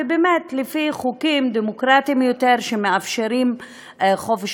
באמת לפי חוקים דמוקרטיים יותר שמאפשרים חופש